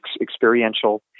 experiential